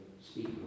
speak